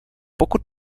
pokud